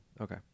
Okay